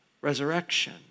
resurrection